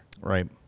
Right